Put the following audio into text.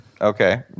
Okay